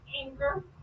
anger